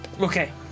Okay